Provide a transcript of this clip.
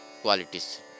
qualities